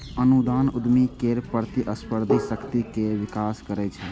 अनुदान उद्यमी केर प्रतिस्पर्धी शक्ति केर विकास करै छै